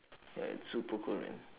ya it's super cold man